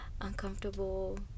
uncomfortable